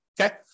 okay